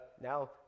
now